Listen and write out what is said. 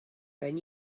than